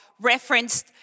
referenced